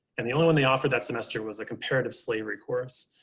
and the only one they offered that semester was a comparative slavery course.